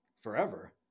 forever